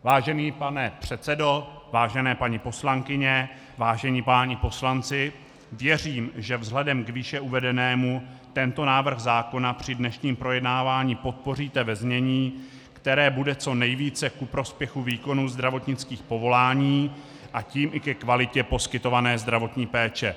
Vážený pane předsedo, vážené paní poslankyně, vážení páni poslanci, věřím, že vzhledem k výše uvedenému tento návrh zákona při dnešním projednávání podpoříte ve znění, které bude co nejvíce ku prospěchu výkonu zdravotnických povolání, a tím i ke kvalitě poskytované zdravotní péče.